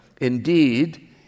Indeed